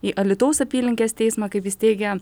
į alytaus apylinkės teismą kaip jis teigia